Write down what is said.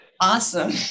Awesome